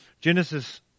Genesis